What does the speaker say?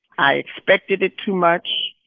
i expected it too much.